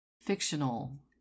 fictional